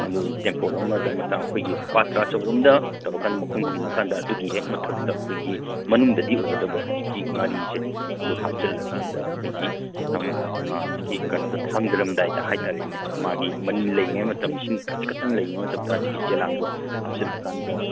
ꯑꯗꯨ ꯇꯦꯡꯀꯣꯠ ꯑꯃꯗ ꯃꯆꯥ ꯑꯩꯈꯣꯏꯒꯤ ꯄꯥꯇ꯭ꯔꯥ ꯑꯆꯧꯕ ꯑꯃꯗ ꯇꯧꯔ ꯀꯥꯟꯗ ꯃꯈꯨꯝ ꯈꯨꯝꯃ ꯀꯥꯟꯗ ꯑꯗꯨꯒꯤ ꯍꯦꯛ ꯃꯊꯛꯇ ꯑꯩꯈꯣꯏꯒꯤ ꯃꯅꯨꯡꯗꯗꯤ ꯑꯣꯏꯒꯗꯕ ꯍꯧꯖꯤꯛꯀꯤ ꯉꯥꯔꯤꯁꯦ ꯑꯗꯨ ꯍꯥꯞꯆꯤꯜꯂꯀꯥꯟꯗ ꯑꯩꯈꯣꯏꯒꯤ ꯍꯧꯖꯤꯛꯀꯤ ꯀꯩꯅꯣꯗꯣ ꯊꯥꯡꯗꯔꯝꯗꯥꯏꯗ ꯍꯥꯏ ꯇꯥꯔꯦꯅꯦ ꯃꯥꯒꯤ ꯃꯅꯤꯟ ꯂꯩꯔꯤꯉꯩ ꯃꯇꯝ ꯏꯁꯤꯡ ꯈꯖꯤꯛ ꯈꯛꯇꯪ ꯂꯩꯔꯤꯉꯩ ꯃꯇꯝꯗ ꯍꯧꯖꯤꯛꯀꯤ ꯌꯦꯂꯥꯡꯗꯣ ꯍꯥꯞꯆꯤꯜꯂꯀꯥꯟꯗ